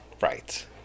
Right